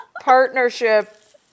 partnership